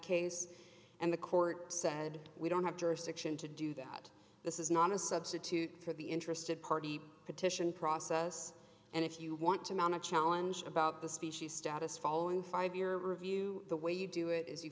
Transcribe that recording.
case and the court said we don't have jurisdiction to do that this is not a substitute for the interested party petition process and if you want to mount a challenge about the species status following five year review the way you do it is you